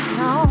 no